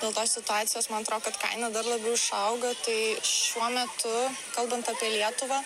dėl tos situacijos man atro kad kaina dar labiau išauga tai šiuo metu kalbant apie lietuvą